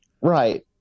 Right